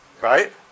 Right